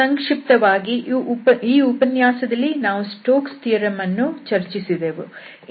ಸಂಕ್ಷಿಪ್ತವಾಗಿ ಈ ಉಪನ್ಯಾಸದಲ್ಲಿ ನಾವು ಸ್ಟೋಕ್ಸ್ ಥಿಯರಂ Stoke's Theorem ಅನ್ನು ಚರ್ಚಿಸಿದೆವು